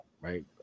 right